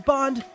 Bond